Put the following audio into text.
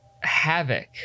Havoc